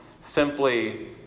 simply